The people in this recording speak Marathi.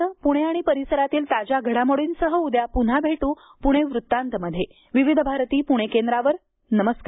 पुणे आणि परिसरातील ताज्या घडामोडींसह उद्या पुन्हा भेटू पुणे वृत्तांतमध्ये विविध भारती पुणे केंद्रावर नमस्कार